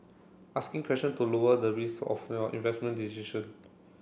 asking questions to lower the risk of your investment decision